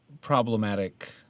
problematic